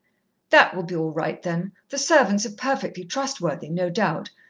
that will be all right, then. the servants are perfectly trustworthy, no doubt,